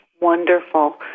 wonderful